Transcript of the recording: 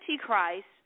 Antichrist